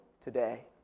today